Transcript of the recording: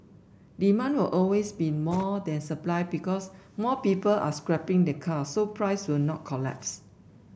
demand will always be more than supply because more people are scrapping their cars so price will not collapse